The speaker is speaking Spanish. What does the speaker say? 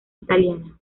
italiana